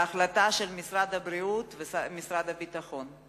בהחלטה של משרד הבריאות ומשרד הביטחון.